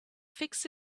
fix